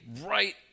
right